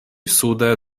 sude